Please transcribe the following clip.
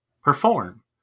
perform